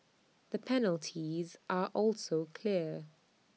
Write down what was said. the penalties are also clear